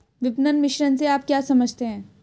विपणन मिश्रण से आप क्या समझते हैं?